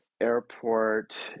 airport